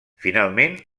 finalment